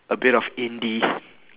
a bit of indie